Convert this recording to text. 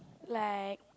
like